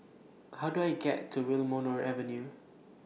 How Do I get to Wilmonar Avenue